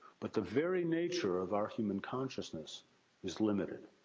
but, the very nature of our human consciousness is limited.